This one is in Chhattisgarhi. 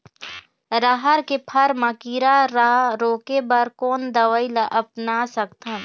रहर के फर मा किरा रा रोके बर कोन दवई ला अपना सकथन?